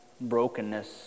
brokenness